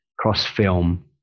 cross-film